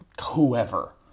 whoever